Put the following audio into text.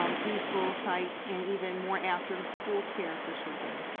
um preschool sites, and even more after school care for children?